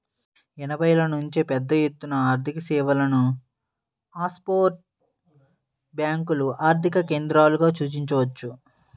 ఎనభైల నుంచే పెద్దఎత్తున ఆర్థికసేవలను ఆఫ్షోర్ బ్యేంకులు ఆర్థిక కేంద్రాలుగా సూచించవచ్చు